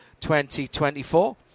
2024